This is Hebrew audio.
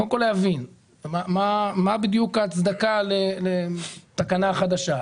קודם כל, להבין מה בדיוק ההצדקה לתקנה החדשה.